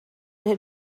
had